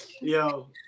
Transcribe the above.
yo